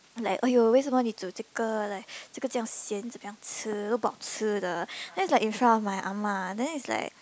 like !aiyo! 为什么你煮这个 like 这个这样咸怎么样吃都不好吃的 then it's like in front of my ah ma then it's like